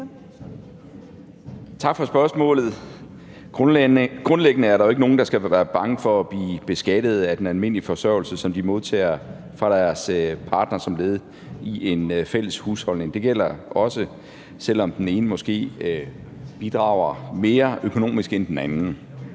Tak for spørgsmålet. Grundlæggende er der jo ikke nogen, der skal være bange for at blive beskattet af den almindelige forsørgelse, som de modtager fra deres partner som led i en fælles husholdning. Det gælder også, selv om den ene måske bidrager mere økonomisk end den anden.